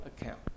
account